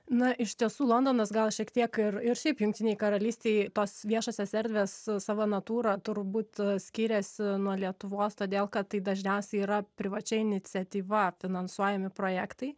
na iš tiesų londonas gal šiek tiek ir ir šiaip jungtinei karalystei tos viešosios erdvės savo natūra turbūt skiriasi nuo lietuvos todėl kad tai dažniausiai yra privačia iniciatyva finansuojami projektai